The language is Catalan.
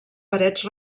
parets